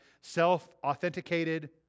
self-authenticated